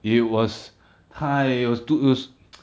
it was !hais! it was it was